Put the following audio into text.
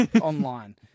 online